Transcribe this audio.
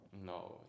no